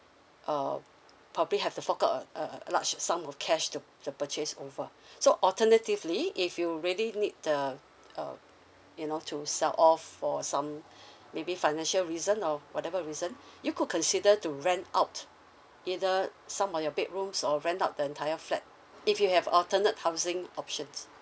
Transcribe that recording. um probably have to fork out a a a large sum of cash to to purchase over so alternatively if you really need the um you know to sell off for some maybe financial reason or whatever reason you could consider to rent out either some of your bedrooms or rent out the entire flat if you have alternate housing options